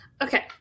Okay